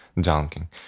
dunking